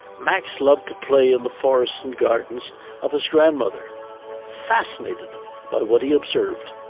max loved to play in the forest and gardens of his grandmother fascinated by what he observed.